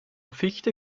fichte